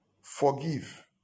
forgive